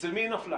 אצל מי היא נפלה?